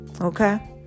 Okay